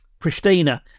Pristina